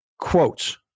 quotes